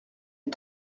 est